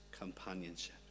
companionship